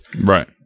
right